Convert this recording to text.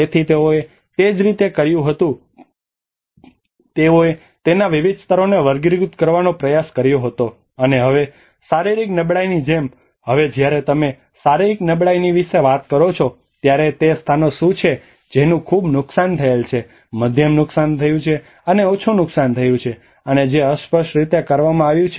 તેથી તેઓએ તે જ રીતે કર્યું હતું કે તેઓએ તેના વિવિધ સ્તરોને વર્ગીકૃત કરવાનો પ્રયાસ કર્યો હતો અને હવે શારીરિક નબળાઈની જેમ હવે જ્યારે તમે શારીરિક નબળાઈ વિશે વાત કરો છો ત્યારે તે સ્થાનો શું છે જેનુ ખૂબ નુકસાન થયેલ છે મધ્યમ નુકસાન થયું છે અને ઓછું નુકસાન થયું છે અને જે અસ્પષ્ટ રીતેકરવામાં આવ્યું છે